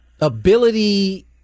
ability